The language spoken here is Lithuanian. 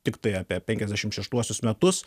tiktai apie penkiasdešim šeštuosius metus